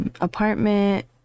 apartment